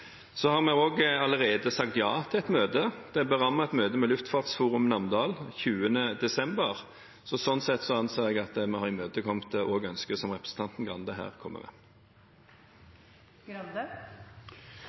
Vi har allerede sagt ja til et møte. Det er berammet et møte med Luftfartsforum Namdal 20. desember. Slik sett anser jeg at vi har imøtekommet også ønsket som representanten Grande her kommer med.